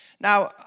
Now